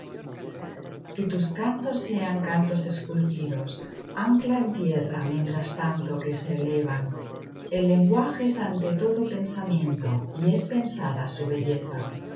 que tus cantos sean cantos esculpidos ancla en tierra mientras tanto que se elevan e lenguaje es ante todo pensamiento y es pensada su belleza